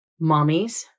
mommies